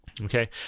Okay